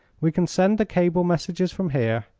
we can send the cable messages from here,